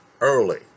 early